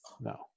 no